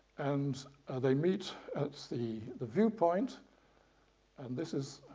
and they meet at the the view point, and this is